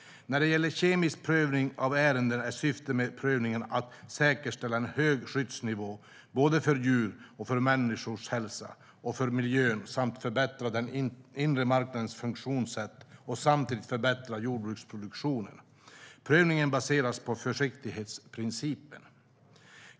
När det gäller KemI:s prövning av ärenden är syftet med prövningen att säkerställa en hög skyddsnivå för djurs och människors hälsa och för miljön samt att förbättra den inre marknadens funktionssätt och samtidigt förbättra jordbruksproduktionen. Prövningen baseras på försiktighetsprincipen.